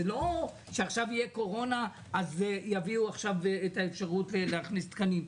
זה לא שעכשיו תהיה קורונה אז יביאו עכשיו את האפשרות להכניס תקנים.